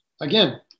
again